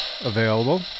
available